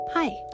Hi